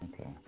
Okay